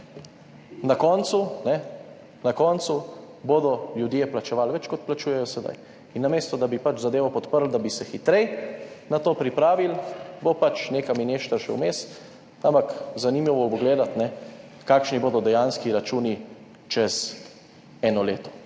na koncu bodo ljudje plačevali več kot plačujejo sedaj. In namesto, da bi zadevo podprli, da bi se hitreje na to pripravili, bo neka mineštra še vmes, ampak zanimivo bo gledati, kakšni bodo dejanski računi čez eno leto.